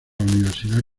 universidad